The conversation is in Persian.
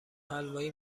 حلوایی